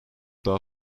daha